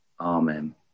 Amen